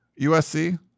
USC